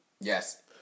Yes